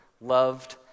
loved